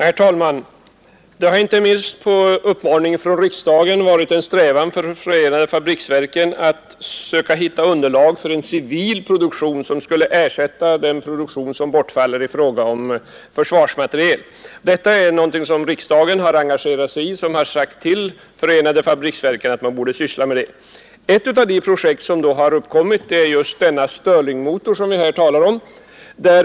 Herr talman! Det har inte minst på uppmaning från riksdagen varit en strävan för förenade fabriksverken att söka finna underlag för en civil produktion vilken skulle ersätta den produktion som bortfaller i fråga om försvarsmateriel. Riksdagen har här engagerat sig och sagt till förenade fabriksverken att man borde syssla med detta. Ett av de projekt som då uppkommit gäller just denna stirlingmotor som vi här talar om.